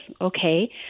okay